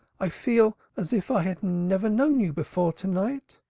i feel as if i had never known you before to-night.